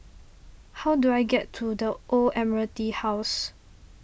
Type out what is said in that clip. how do I get to the Old Admiralty House